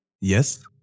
Yes